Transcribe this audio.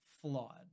flawed